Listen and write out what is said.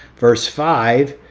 verse five.